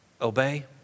Obey